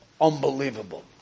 unbelievable